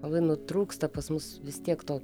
labai nu trūksta pas mus vis tiek to